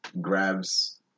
grabs